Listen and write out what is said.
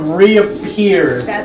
reappears